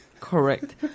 Correct